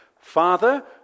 Father